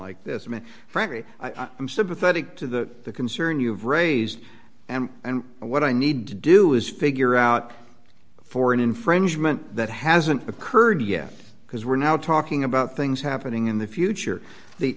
like this and frankly i'm sympathetic to the concern you've raised and and what i need to do is figure out for an infringement that hasn't occurred yet because we're now talking about things happening in the future